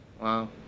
wow